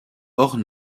hors